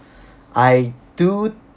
I do